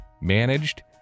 managed